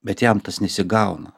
bet jam tas nesigauna